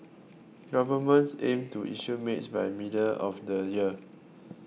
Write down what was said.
governments aims to issue mid by middle of the year